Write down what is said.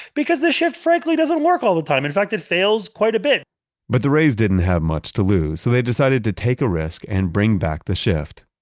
because the shift frankly doesn't work all the time. in fact, it fails quite a bit but the rays didn't have much to lose so they decided to take a risk and bring back the shift.